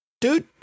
Dude